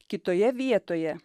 kitoje vietoje